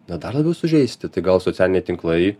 na dar labiau sužeisti tai gal socialiniai tinklai